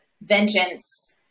vengeance